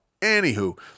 Anywho